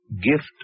gift